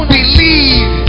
believe